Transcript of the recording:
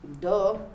Duh